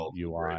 UI